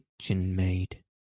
kitchen-maid